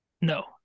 No